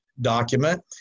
document